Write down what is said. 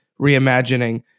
reimagining